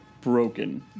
broken